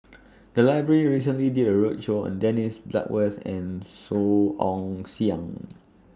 The Library recently did A roadshow on Dennis Bloodworth and Song Ong Siang